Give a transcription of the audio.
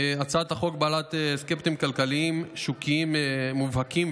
הצעת החוק בעלת אספקטים כלכליים שוקיים מובהקים,